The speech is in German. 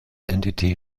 entity